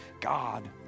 God